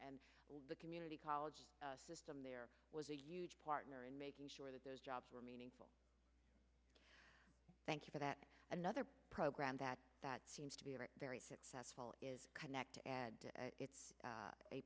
and the community college system there was a huge partner in making sure that those jobs were meaningful thank you for that another program that that seems to be very successful is connected and it's